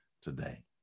today